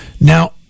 now